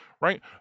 right